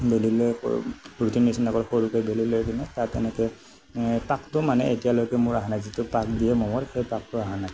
বেলি লয় ৰুটিৰ নিচিনাকৈ সৰুকে বেলি লৈ কিনে আৰু তেনেকে পাকটো মানে এতিয়ালৈকে মোৰ অহা নাই যিটো পাক দিয়ে ম'ম'ৰ সেই পাকটো অহা নাই